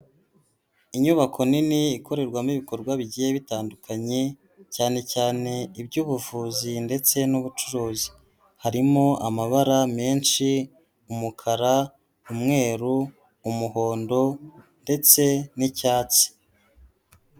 Inyubako nini ikorerwamo ibikorwa bigiye bitandukanye, cyane cyane iby'ubuvuzi ndetse n'ubucuruzi. Harimo amabara menshi, umukara, umweru, umuhondo ndetse n'icyatsi.